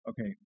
okay